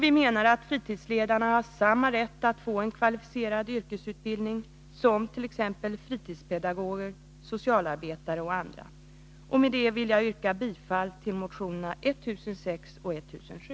Vi menar att fritidsledarna har samma rätt att få en kvalificerad yrkesutbildning som fritidspedagoger, socialarbetare och and Ta. Med detta vill jag yrka bifall till motionerna 984, 1006 och 1007.